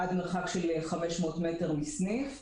עד מרחק של 500 מטר מהסניף.